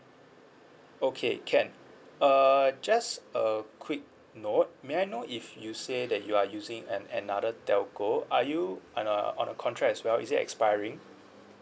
okay can uh just a quick note may I know if you say that you are using an~ another telco are you on a on a contract as well is it expiring